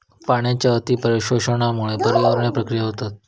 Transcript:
पाण्याच्या अती शोषणामुळा पर्यावरणीय प्रक्रिया होतत